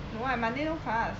no I monday no class